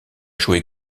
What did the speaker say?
joué